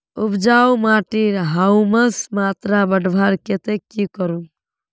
उपजाऊ माटिर ह्यूमस मात्रा बढ़वार केते की करूम?